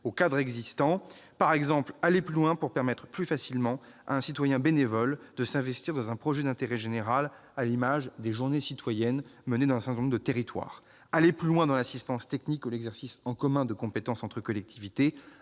au cadre existant. Nous pouvons, par exemple, aller plus loin en permettant plus facilement à un citoyen bénévole de s'investir dans un projet d'intérêt général, à l'image des journées citoyennes organisées dans un certain nombre de territoires. Nous pouvons aussi aller plus loin dans l'assistance technique ou l'exercice en commun de compétences entre les collectivités.